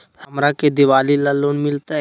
हमरा के दिवाली ला लोन मिलते?